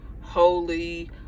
holy